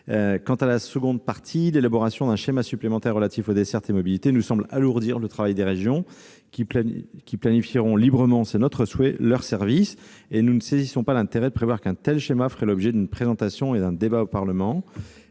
Quant au deuxième volet, l'élaboration d'un schéma supplémentaire relatif aux dessertes et mobilités, il me semble alourdir le travail des régions, qui planifieront librement leurs services. Nous ne saisissons pas l'intérêt de prévoir qu'un tel schéma ferait l'objet d'une présentation et d'un débat au Parlement.